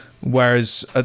Whereas